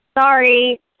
Sorry